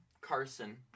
Carson